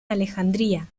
alejandría